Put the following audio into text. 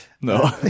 No